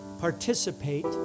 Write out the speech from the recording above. participate